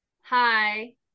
hi